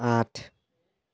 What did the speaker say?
আঠ